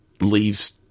leaves